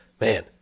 Man